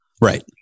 Right